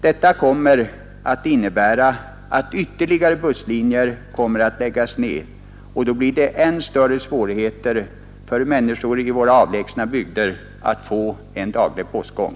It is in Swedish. Detta medför att ytterligare busslinjer kommer att läggas ned, och då blir det än större svårigheter för människorna i våra avlägsna bygder att få en daglig postgång.